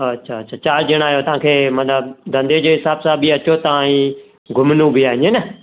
अछा अछा चार ॼणा आहियो तव्हांखे मतिलबु धंधे जे हिसाब सां बि अचो था ऐं घुमणो बि आहे ईअं न